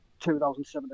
2017